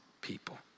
people